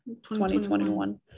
2021